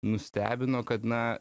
nustebino kad na